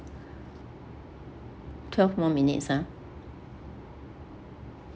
twelve more minutes ah